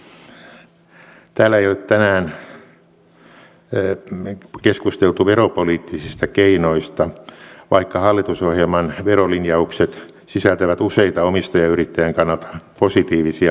täällä ei ole tänään keskusteltu veropoliittisista keinoista vaikka hallitusohjelman verolinjaukset sisältävät useita omistajayrittäjän kannalta positiivisia linjauksia